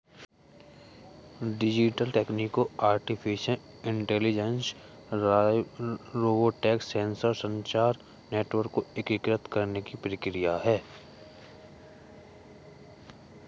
digital तकनीकों artificial intelligence, robotics, sensor, संचार network को एकीकृत करने की प्रक्रिया है